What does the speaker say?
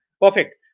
Perfect